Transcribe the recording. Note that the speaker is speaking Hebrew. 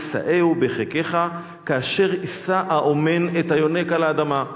שאהו בחיקך כאשר ישא הָאֹמֵן את הַיֹּנֵק על האדמה".